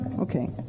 okay